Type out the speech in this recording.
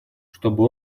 чтобы